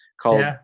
called